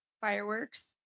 Fireworks